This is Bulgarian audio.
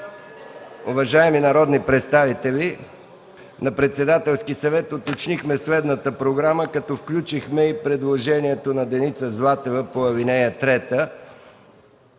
Уважаеми народни представители, на Председателския съвет уточнихме следната програма, като включихме и предложението на Деница Златева по ал. 3.